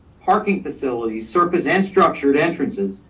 parking facilities, surface and structured entrances,